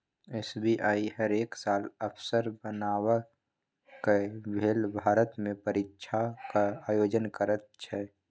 SBI हरेक साल अफसर बनबाक लेल भारतमे परीक्षाक आयोजन करैत छै